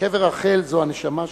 קבר רחל זו הנשמה שלנו,